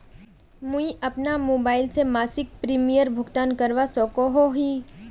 मुई अपना मोबाईल से मासिक प्रीमियमेर भुगतान करवा सकोहो ही?